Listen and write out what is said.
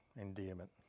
endearment